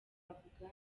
bakavuga